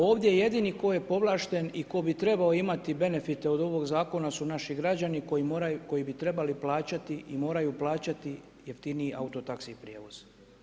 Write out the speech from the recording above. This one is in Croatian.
Ovdje jedini ko je povlašten i ko bi trebao imati benefite od ovog zakona su naši građani koji bi trebali plaćati i moraju plaćati jeftiniji auto taxi prijevoz.